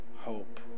hope